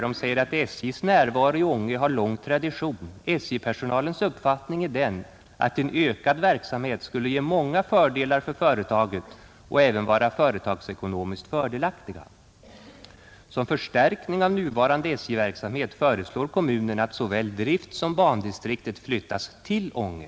Den säger där: SJ:s närvaro i Ånge har lång tradition. SJ-personalens uppfattning är den att en ökad verksamhet skulle ge många fördelar för företaget och även vara företagsekonomiskt fördelaktiga. Som förstärkning av nuvarande SJ-verksamhet föreslår kommunen att såväl driftssom bandistriktet flyttas till Ånge.